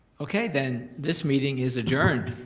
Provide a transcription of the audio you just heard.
okay then, this meeting is adjourned.